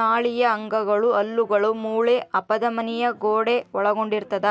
ನಾಳೀಯ ಅಂಗಗಳು ಹಲ್ಲುಗಳು ಮೂಳೆ ಅಪಧಮನಿಯ ಗೋಡೆ ಒಳಗೊಂಡಿರ್ತದ